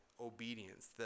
obedience